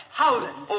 howling